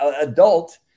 adult